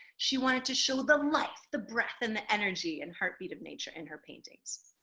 she wanted to show the life, the breath and the energy and heartbeat of nature in her paintings.